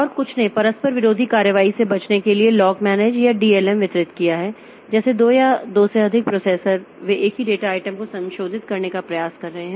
और कुछ ने परस्पर विरोधी कार्रवाई से बचने के लिए लॉक मैनेज या डीएलएम वितरित किया है जैसे दो या दो या अधिक प्रोसेसर वे एक ही डेटा आइटम को संशोधित करने का प्रयास कर रहे हैं